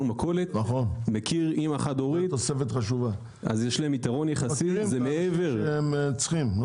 מכולת מכיר אם חד-הורית וזה יתרון שמעבר לענייני מחיר.